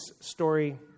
story